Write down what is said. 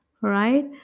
right